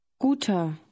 Guter